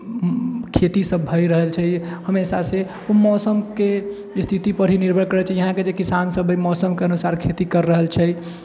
खेती सब भए रहल छै हमेशा से मौसमके स्थिति पर ही निर्भर करै छै इहाके जे किसान सब ओहि मौसमके अनुसार खेती कर रहल छै